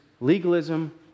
legalism